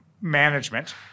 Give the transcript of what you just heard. management